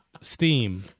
Steam